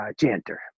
chanter